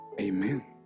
Amen